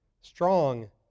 strong